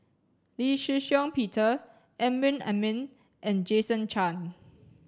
Lee Shih Shiong Peter Amrin Amin and Jason Chan